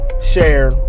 share